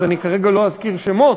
אז כרגע לא אזכיר שמות,